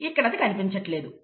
ఇక్కడ అది చూపించట్లేదు